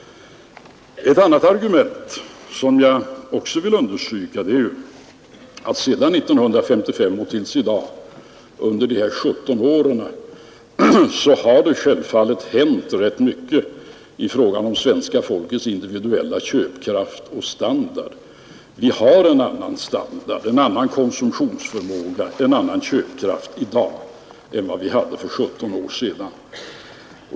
Ett annat argument som jag också vill understryka är att under de 17 åren sedan 1955 har det självfallet hänt rätt mycket i fråga om svenska folkets individuella köpkraft och standard. Vi har en annan standard, en annan konsumtionsförmåga, en annan köpkraft i dag än vi hade för 17 år sedan.